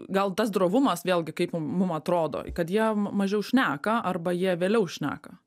gal tas drovumas vėlgi kaip mum mum atrodo kad jie mažiau šneka arba jie vėliau šneka